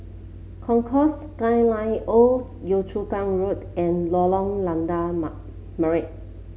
Concourse Skyline Old Yio Chu Kang Road and Lorong Lada Ma Merah